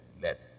let